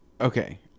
Okay